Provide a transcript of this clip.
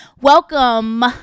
welcome